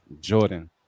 Jordan